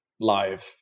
live